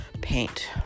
paint